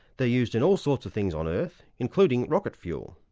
they're used in all sorts of things on earth, including rocket fuel.